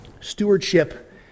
stewardship